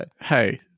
hey